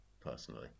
personally